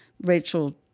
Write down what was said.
Rachel